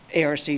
ARC